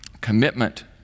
Commitment